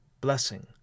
blessing